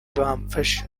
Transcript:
bamfasha